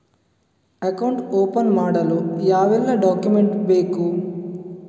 Account open ಮಾಡಲು ಯಾವೆಲ್ಲ document ಬೇಕು?